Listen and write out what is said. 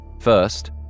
First